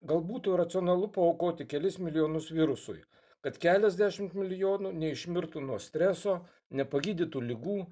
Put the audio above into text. gal būtų racionalu paaukoti kelis milijonus virusui kad keliasdešim milijonų neišmirtų nuo streso nepagydytų ligų